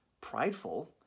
prideful